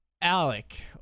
alec